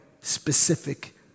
specific